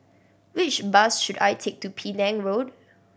which bus should I take to Penang Road